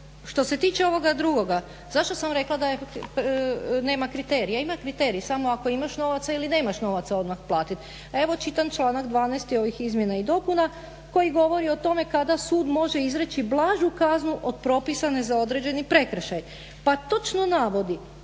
Što se tiče ovoga drugoga, zašto sam rekla da nema kriterija, ima kriterij samo ako imaš novaca ili nemaš novaca odmah platit. A evo čitam članak 12. ovih izmjena i dopuna koji govori o tome kada sud može izreći blažu kaznu od propisane za određeni prekršaj pa točno navodi